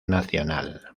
nacional